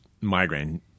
migraine